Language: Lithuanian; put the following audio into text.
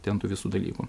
ten tų visų dalykų